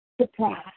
Surprise